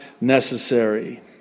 necessary